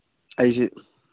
ꯑꯩꯁꯤ